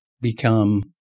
become